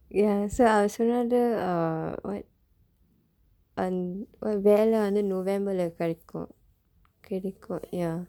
அவர் சொன்னாரு:avar sonaaru uh what அந்த வேலை வந்து:andtha veelai vandthu november-lae கிடைக்கும்:kidaikkum